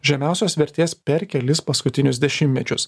žemiausios vertės per kelis paskutinius dešimtmečius